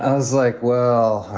ah was like, well,